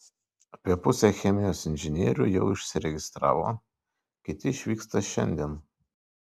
apie pusę chemijos inžinierių jau išsiregistravo kiti išvyksta šiandien